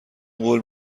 قول